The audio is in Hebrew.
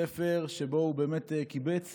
ספר שבו הוא קיבץ